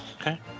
Okay